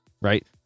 right